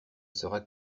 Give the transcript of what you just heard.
sera